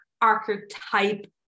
archetype